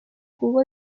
cubo